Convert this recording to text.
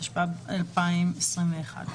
התשפ״ב-2021.